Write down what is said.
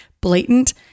blatant